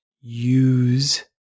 use